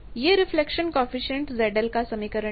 यह reflection coefficient ZLका समीकरण है